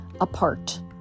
Apart